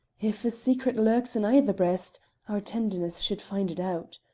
if a secret lurks in either breast our tenderness should find it out.